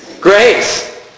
Grace